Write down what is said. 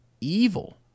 evil